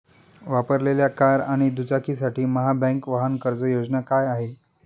वापरलेल्या कार आणि दुचाकीसाठी महाबँक वाहन कर्ज योजना काय आहे?